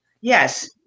Yes